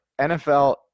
NFL